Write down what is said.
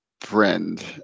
friend